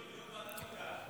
דיון בוועדת הכלכלה.